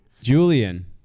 Julian